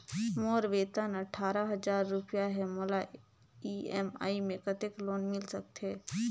मोर वेतन अट्ठारह हजार रुपिया हे मोला ई.एम.आई मे कतेक लोन मिल सकथे?